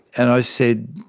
and i said,